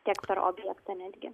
tiek per objektą netgi